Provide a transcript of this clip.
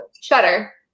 Shutter